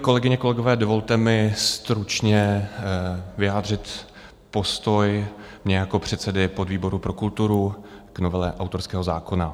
Kolegyně, kolegové, dovolte mi stručně vyjádřit postoj mě jako předsedy podvýboru pro kulturu k novele autorského zákona.